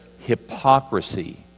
hypocrisy